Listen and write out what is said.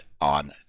on